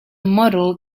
model